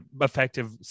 effective